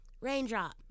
Raindrop